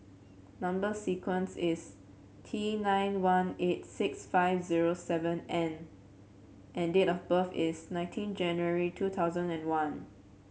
number sequence is T nine one eight six five zero seven N and date of birth is nineteen January two thousand and one